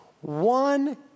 one